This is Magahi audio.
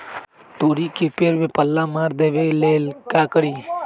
तोड़ी के पेड़ में पल्ला मार देबे ले का करी?